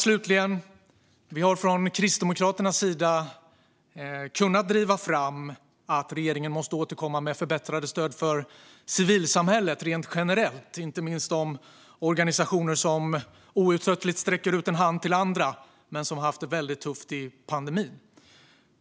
Slutligen har vi från Kristdemokraternas sida kunnat driva fram förslag om att regeringen måste återkomma med förbättrade stöd för civilsamhället rent generellt sett. Det gäller inte minst de organisationer som outtröttligt sträcker ut en hand till andra men som har haft det väldigt tufft i pandemin.